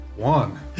One